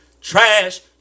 trash